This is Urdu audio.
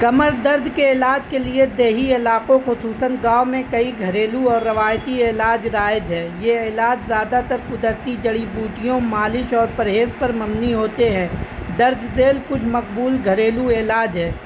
کمر درد کے علاج کے لیے دیہی علاقوں خصوصاً گاؤں میں کئی گھریلو اور روایتی علاج رائج ہے یہ علاج زیادہ تر قدرتی جڑی بوٹیوں مالش اور پرہیز پر مبنی ہوتے ہیں درج ذیل کچھ مقبول گھریلو علاج ہیں